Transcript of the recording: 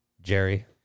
Jerry